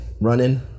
running